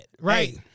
right